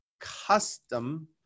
custom